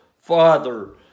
father